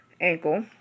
ankle